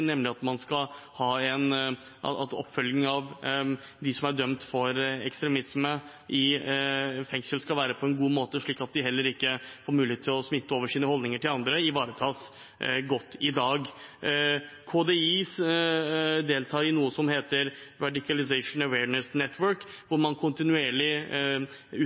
nemlig at oppfølgingen av dem som er dømt for ekstremisme, skal skje på en god måte i fengselet og slik at deres holdninger ikke får smitte over på andre, ivaretas godt i dag. Kriminalomsorgsdirektoratet, KDI, deltar i noe som heter Radicalisation Awareness Network, hvor man kontinuerlig